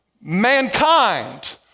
Mankind